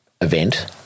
event